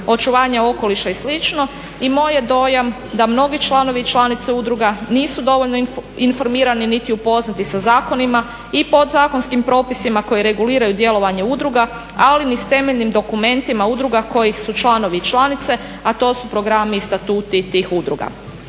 očuvanja okoliša i slično. I moj je dojam da mnogi članovi i članice udruga nisu dovoljno informirani niti upoznati sa zakonima i podzakonskim propisima koji reguliraju djelovanje udruga ali ni sa temeljnim dokumentima udruga kojih su članovi i članice a to su programi i statuti tih udruga.